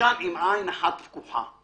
שתישן עם עין אחת פקוחה.